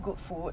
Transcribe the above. good food